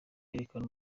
yerekana